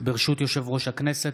ברשות יושב-ראש הכנסת,